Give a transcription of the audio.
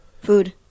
food